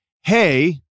Hey